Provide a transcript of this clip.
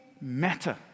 matter